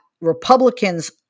Republicans